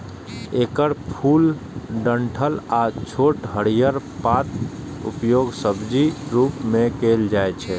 एकर फूल, डंठल आ छोट हरियर पातक उपयोग सब्जीक रूप मे कैल जाइ छै